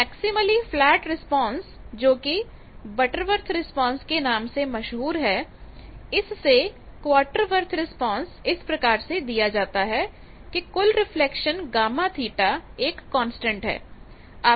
तो maximally flat response जोकि Butterworth response के नाम से मशहूर है इससे क्वार्टरवर्थ रिस्पांस इस प्रकार से दिया जाता है कि कुल रिफ्लेक्शन Γ θ एक कांस्टेंट है